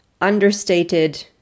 understated